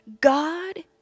God